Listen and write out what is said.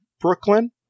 Brooklyn